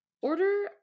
Order